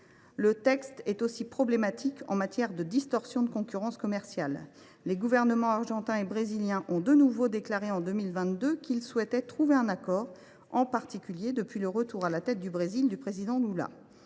Le texte est aussi problématique en matière de distorsions de concurrence commerciale. Les gouvernements argentin et brésilien ont de nouveau déclaré en 2022 qu’ils souhaitaient parvenir à un accord, en particulier depuis le retour à la tête du Brésil du président Lula.